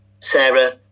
Sarah